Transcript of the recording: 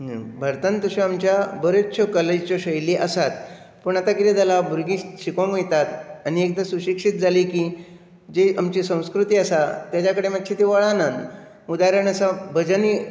भारतांत तश्यो आमच्या बऱ्याश्या कलेच्यो शैली आसात पूण आतां कितें जाला भुरगीं शिकूंक वयतात आनी एकदां सुशिक्षीत जालीं कीं जी आमची संस्कृती आसा ताजे कडेन तीं मातशीं वळनात म्हूण उदाहरण आसा भजनी